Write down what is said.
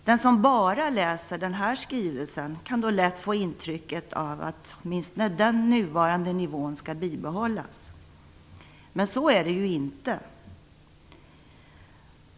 Den som bara läser den här skrivelsen kan lätt få intrycket att åtminstone den nuvarande nivån skall bibehållas. Men så är det ju inte.